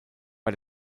bei